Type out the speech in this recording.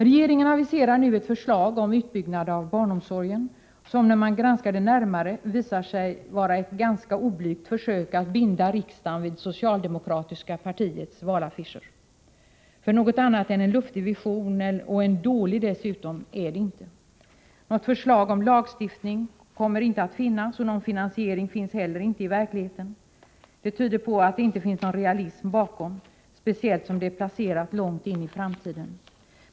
Regeringen aviserar nu ett förslag om utbyggnad av barnomsorgen som, när man granskar det närmare, visar sig vara ett ganska oblygt försök att binda riksdagen vid socialdemokratiska partiets valaffischer. Det är inte något annat än en luftig vision — dessutom en dålig vision. Något förslag om lagstiftning kommer inte att läggas fram, och någon finansieringsplan finns inte heller i verkligheten. Det tyder på att det inte är någon realism bakom förslaget, speciellt som det är placerat långt in i framtiden.